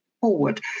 forward